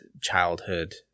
childhood